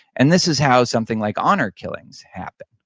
and this is how something like honor killings happen,